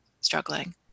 struggling